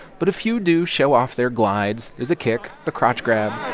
but a few do show off their glides. there's a kick, the crotch grab